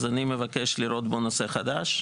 אז אני מבקש לראות בו נושא חדש.